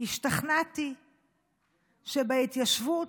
השתכנעתי שבהתיישבות,